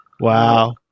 Wow